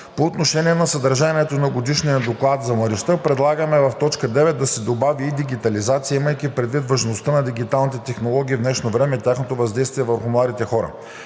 по отношение на съдържанието на годишния доклад за младежта предлагаме в т. 9 да се добави „и дигитализация“, имайки предвид важността на дигиталните технологии в днешно време и тяхното въздействие върху младите хора.